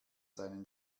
seinen